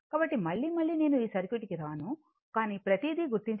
కాబట్టి మళ్లీ మళ్లీ నేను ఈ సర్క్యూట్కు రాను కానీ ప్రతీది గుర్తించబడింది